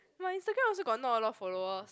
my Instagram also got not a lot of followers